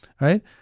right